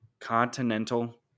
continental